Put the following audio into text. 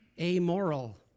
amoral